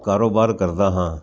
ਕਾਰੋਬਾਰ ਕਰਦਾ ਹਾਂ